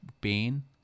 pain